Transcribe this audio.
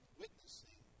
witnessing